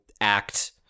act